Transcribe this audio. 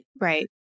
Right